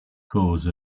cause